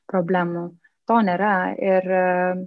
problemų to nėra ir